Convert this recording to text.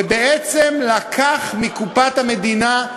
ובעצם לקח מקופת המדינה,